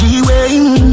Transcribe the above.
G-Wayne